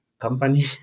company